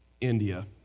India